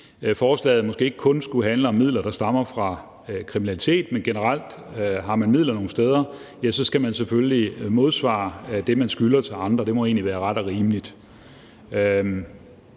forslaget måske ikke kun skulle handle om midler, der stammer fra kriminalitet, men generelt, at har man midler nogen steder, skal man selvfølgelig modsvare det, man skylder til andre. Det må egentlig være ret og rimeligt.